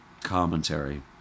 commentary